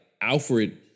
Alfred